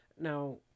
Now